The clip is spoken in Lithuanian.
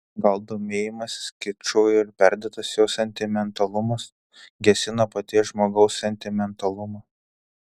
gal domėjimasis kiču ir perdėtas jo sentimentalumas gesina paties žmogaus sentimentalumą